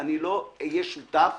אני לא אהיה שותף